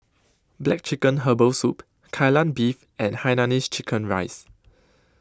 Black Chicken Herbal Soup Kai Lan Beef and Hainanese Chicken Rice